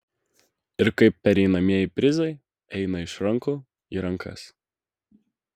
ir kaip pereinamieji prizai eina iš rankų į rankas